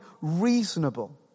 reasonable